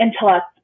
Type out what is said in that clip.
intellect